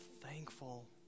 thankful